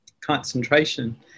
concentration